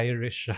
Irish